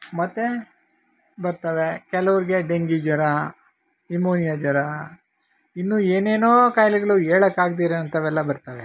ಮತ್ತು ಬರ್ತವೆ ಕೆಲವ್ರಿಗೆ ಡೆಂಗ್ಯೂ ಜ್ವರ ನ್ಯೂಮೋನಿಯಾ ಜ್ವರ ಇನ್ನೂ ಏನೇನೋ ಕಾಯಿಲೆಗಳು ಹೇಳಕ್ ಆಗದಿರೋ ಅಂಥವೆಲ್ಲ ಬರ್ತವೆ